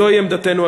זוהי עמדתנו,